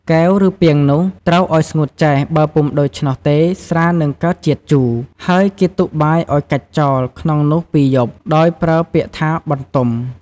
កែវ ឬពាងនោះត្រូវឲ្យស្ងួតចែស បើពុំដូច្នោះទេស្រានឹងកើតជាតិជូរ ហើយគេទុកបាយឲ្យកាច់ចោលក្នុងនោះ២យប់ ដោយប្រើពាក្យថា «បន្ទុំ»។